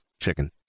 Chicken